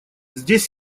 здесь